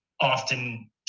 often